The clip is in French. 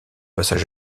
passage